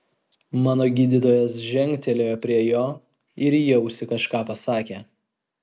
mano gydytojas žengtelėjo prie jo ir į ausį kažką pasakė